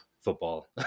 football